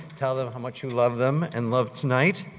tell them how much you loved them and loved tonight.